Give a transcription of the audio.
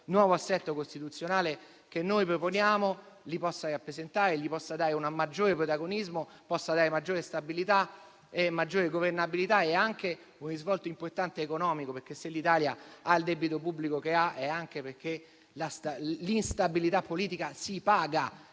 il nuovo assetto costituzionale che noi proponiamo li possa rappresentare, possa dare loro un maggiore protagonismo, possa dare maggiore stabilità, maggiore governabilità e anche un risvolto economico importante, perché se l'Italia ha il debito pubblico che ha è anche perché l'instabilità politica si paga.